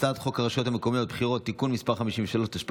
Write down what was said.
הצעת חוק הרשויות המקומיות (בחירות) (תיקון מס' 54) (הזכות להיבחר),